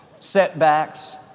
setbacks